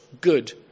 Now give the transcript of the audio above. good